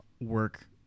work